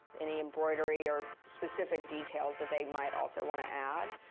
any embroidery or specific details that they might also wanna add,